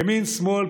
ימין ושמאל,